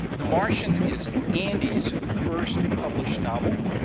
the martian is andy's first published novel.